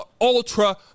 Ultra